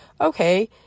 okay